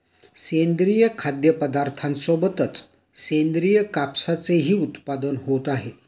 सेंद्रिय खाद्यपदार्थांसोबतच सेंद्रिय कापसाचेही उत्पादन होत आहे